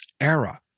era